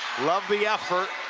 love the effort.